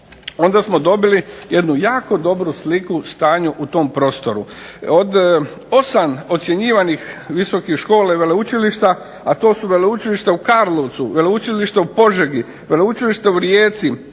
onda smo dobili jednu jako dobru sliku stanju u tom prostoru. Od 8 ocjenjivanih visokih škola i veleučilišta, a to su veleučilišta u Karlovcu, veleučilište u Požegi, veleučilište u Rijeci,